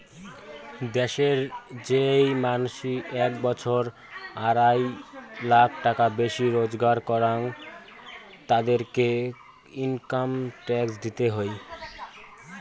দ্যাশের যেই মানসি এক বছরে আড়াই লাখ টাকার বেশি রোজগার করাং, তাদেরকে ইনকাম ট্যাক্স দিতে হই